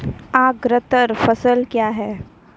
अग्रतर फसल क्या हैं?